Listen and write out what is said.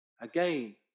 Again